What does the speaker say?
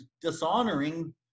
dishonoring